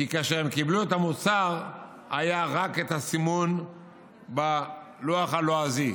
שכאשר הם קיבלו את המוצר היה רק הסימון בלוח הלועזי,